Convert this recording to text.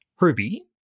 Ruby